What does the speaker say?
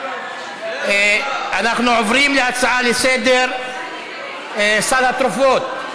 אנחנו עוברים להצעות לסדר-היום בנושא סל התרופות,